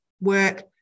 work